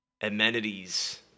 amenities